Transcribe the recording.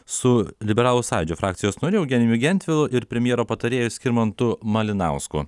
su liberalų sąjūdžio frakcijos nariu eugenijumi gentvilu ir premjero patarėju skirmantu malinausku